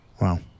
Wow